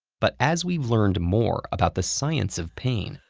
but as we've learned more about the science of pain,